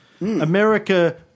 America